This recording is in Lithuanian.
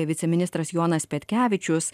viceministras jonas petkevičius